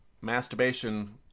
Masturbation